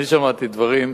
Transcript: אני שמעתי דברים מעניינים,